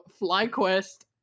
FlyQuest